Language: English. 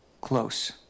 close